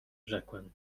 rzekłem